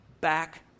back